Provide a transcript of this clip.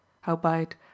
howbeit